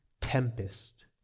tempest